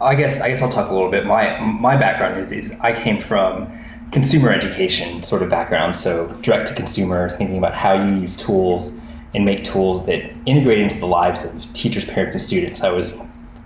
i guess i guess i'll talk a little bit. my my background is is i came from consumer education sort of background, so direct to consumer. thinking about how to use tools and make tools that ingrain to the lives of teachers paired to students. i was